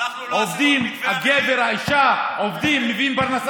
אני ואתה ישבנו כאן בכנסת, ראינו את הנכים